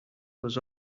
was